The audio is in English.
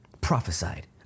prophesied